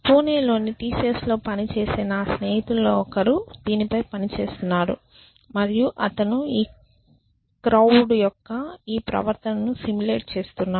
పూణేలోని TCS లో పనిచేసే నా స్నేహితులలో ఒకరు దీని పై పని చేస్తున్నాడు మరియు అతను ఈ క్రౌడ్ యొక్క ఈ ప్రవర్తనను సిములేట్ చేస్తున్నాడు